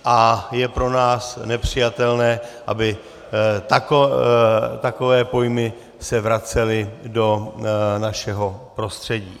A je pro nás nepřijatelné, aby takové pojmy se vracely do našeho prostředí.